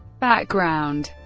background